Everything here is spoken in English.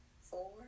four